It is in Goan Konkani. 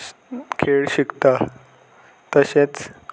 खेळ शिकता तशेंच